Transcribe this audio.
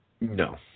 No